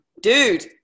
dude